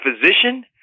physician